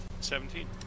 Seventeen